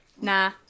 Nah